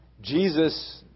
Jesus